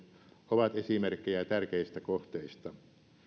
ovat esimerkkejä tärkeistä kohteista